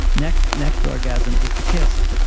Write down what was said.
next next orgasm is the kiss.